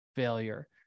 failure